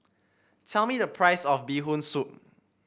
tell me the price of Bee Hoon Soup